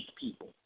people